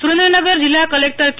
સુરેન્દ્રનગર જિલ્લા કલેક્ટર કે